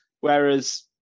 whereas